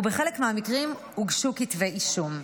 ובחלק מהמקרים הוגשו כתבי אישום.